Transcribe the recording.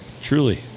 Truly